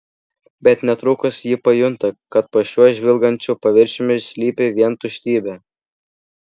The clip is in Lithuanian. bet netrukus ji pajunta kad po šiuo žvilgančiu paviršiumi slypi vien tuštybė